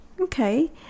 Okay